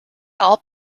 all